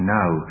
now